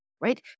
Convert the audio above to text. right